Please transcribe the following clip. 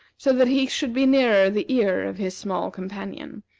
so that he should be nearer the ear of his small companion,